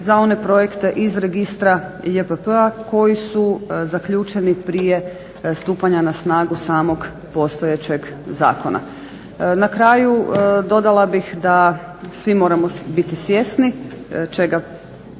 za one projekte iz registra JPP-a koji su zaključeni prije stupanja na snagu samog postojećeg zakona. Na kraju dodala bih da svi moramo biti svjesni čega